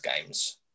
games